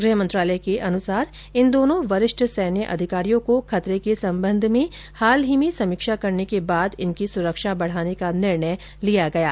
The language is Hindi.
गृह मंत्रालय के अनुसार इन दोनों वरिष्ठ सैन्य अधिकारियों को खतरे के संबंध में हाल ही में समीक्षा करने के बाद इनकी सुरक्षा बढाने का निर्णय लिया गया है